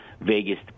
Vegas